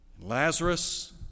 Lazarus